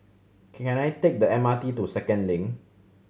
can I take the M R T to Second Link